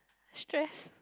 stress